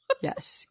Yes